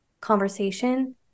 conversation